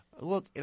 look